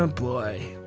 and boy.